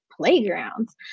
playgrounds